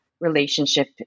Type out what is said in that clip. relationship